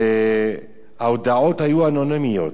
וההודעות היו אנונימיות.